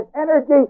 energy